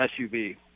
SUV